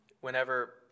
whenever